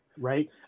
right